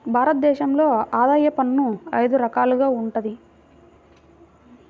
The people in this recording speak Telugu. భారత దేశంలో ఆదాయ పన్ను అయిదు రకాలుగా వుంటది